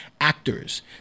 actors